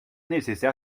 nécessaire